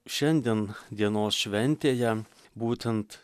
šiandien dienos šventėje būtent